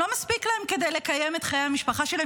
לא מספיק להן כדי לקיים את חיי המשפחה שלהן?